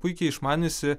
puikiai išmaniusį